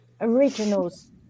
originals